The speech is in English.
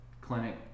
clinic